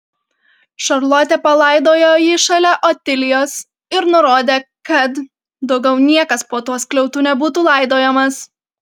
šarlotė palaidojo jį šalia otilijos ir nurodė kad daugiau niekas po tuo skliautu nebūtų laidojamas